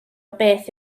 beth